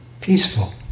peaceful